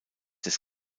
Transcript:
des